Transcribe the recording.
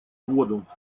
воду